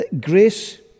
grace